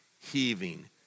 heaving